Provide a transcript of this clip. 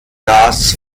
das